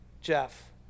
Jeff